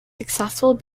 successful